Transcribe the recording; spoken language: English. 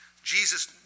Jesus